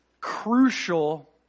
crucial